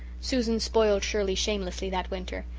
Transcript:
susan spoiled shirley shamelessly that winter.